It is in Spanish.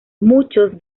muchos